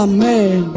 Amen